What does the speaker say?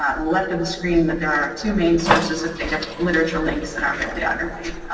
ah left of the screen that there are two main sources of data literature links in our bibliography.